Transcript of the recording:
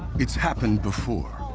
it's happened before.